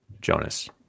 Jonas